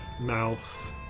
mouth